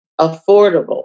affordable